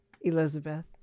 Elizabeth